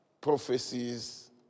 prophecies